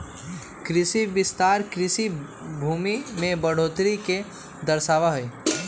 कृषि विस्तार कृषि भूमि में बढ़ोतरी के दर्शावा हई